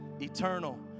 eternal